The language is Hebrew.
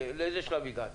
לאיזה שלב הגעתם?